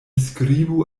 skribu